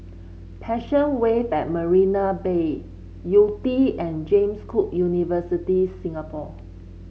Passion Wave at Marina Bay Yew Tee and James Cook University Singapore